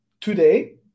today